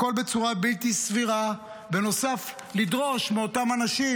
הכול בצורה בלתי סבירה, ובנוסף לדרוש מאותם אנשים,